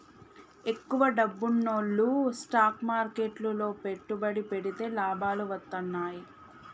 ఎక్కువ డబ్బున్నోల్లు స్టాక్ మార్కెట్లు లో పెట్టుబడి పెడితే లాభాలు వత్తన్నయ్యి